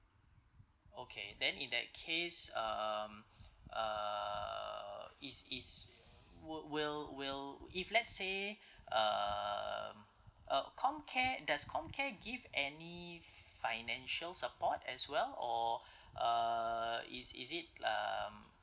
okay then in that case um uh is is would will will if let's say um uh COMCARE does COMCARE give any financial support as well or uh is is it l~ um